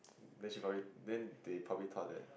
then she probably then they probably thought that